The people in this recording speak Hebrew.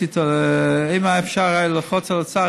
אם אפשר היה ללחוץ על האוצר,